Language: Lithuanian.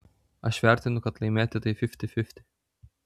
aš vertinu kad laimėti tai fifty fifty